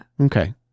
Okay